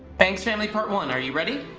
banks family part one, are you ready?